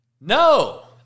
No